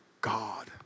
God